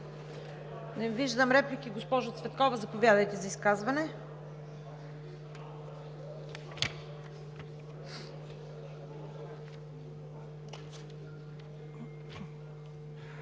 Не виждам. Госпожо Цветкова, заповядайте за изказване.